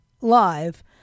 live